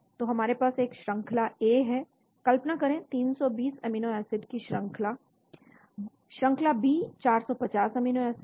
तो हमारे पास एक श्रंखला ए है कल्पना करें 320 अमीनो एसिड की श्रंखला बी 450 एमिनो एसिड